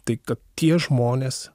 tai kad tie žmonės